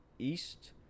east